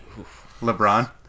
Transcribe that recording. LeBron